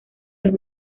los